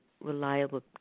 reliable